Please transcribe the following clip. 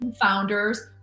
founders